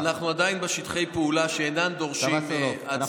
אז אנחנו עדיין בשטחי פעולה, שאינם דורשים הצבעה.